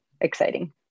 exciting